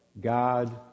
God